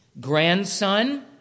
grandson